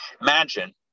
imagine